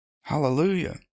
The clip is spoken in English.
Hallelujah